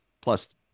plus